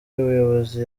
y’ubuyobozi